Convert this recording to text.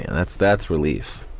and that's that's relief.